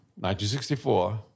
1964